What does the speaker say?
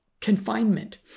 confinement